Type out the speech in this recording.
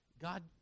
God